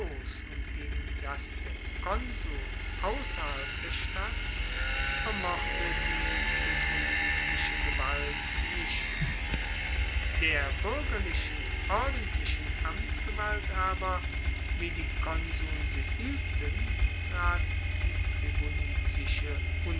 und gegen das der konsuln ausserhalb der stadt vermochte die tribunizische gewalt nichts der buergerlichen ordentlichen amtsgewalt aber wie die konsuln sie uebten trat die